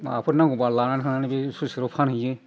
माबाफोर नांगौब्ला लानानै थांनानै बे स्लुइस गेटाव फानहैयो